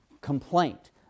complaint